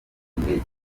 indege